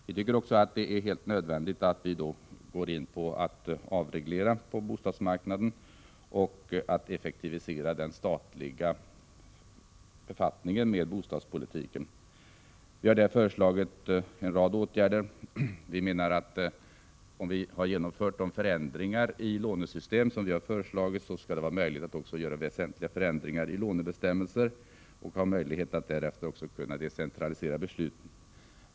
Vi tycker också att det är nödvändigt att inrikta sig på en avreglering av bostadsmarknaden och att effektivisera den statliga befattningen med bostadspolitiken. På detta område har vi föreslagit en rad åtgärder. Om man genomför de förändringar i lånesystemet som vi har föreslagit så skall det också vara möjligt att göra väsentliga förändringar i lånebestämmelserna. Därefter blir det också möjligt att decentralisera beslut.